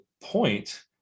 point